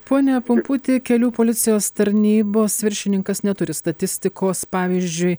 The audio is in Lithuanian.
pone pumputi kelių policijos tarnybos viršininkas neturi statistikos pavyzdžiui